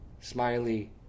smiley